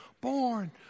born